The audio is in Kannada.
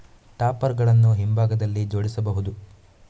ಟಾಪ್ಪರ್ ಗಳನ್ನು ಹಿಂಭಾಗದಲ್ಲಿ ಜೋಡಿಸಬಹುದು